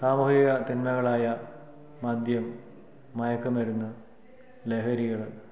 സാമൂഹിക തിന്മകളായ മദ്യം മയക്കു മരുന്ന് ലഹരികൾ